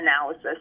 analysis